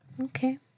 Okay